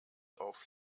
auf